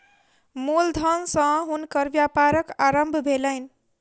मूल धन सॅ हुनकर व्यापारक आरम्भ भेलैन